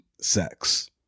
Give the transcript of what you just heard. sex